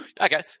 Okay